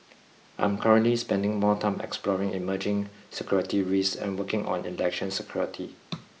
I'm currently spending more time exploring emerging security risks and working on election security